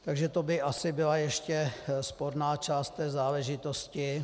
Takže to by asi byla ještě sporná část té záležitosti.